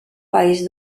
país